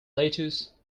lettuce